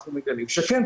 אנחנו מגלים שכן,